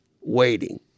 waiting